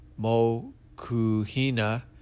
Mokuhina